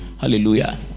hallelujah